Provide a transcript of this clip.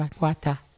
water